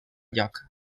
lloc